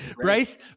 Bryce